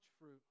fruit